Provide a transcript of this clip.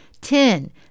Ten